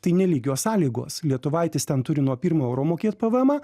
tai nelygios sąlygos lietuvaitis ten turi nuo pirmo euro mokėt pvmą